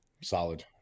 Solid